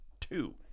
two